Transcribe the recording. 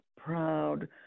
proud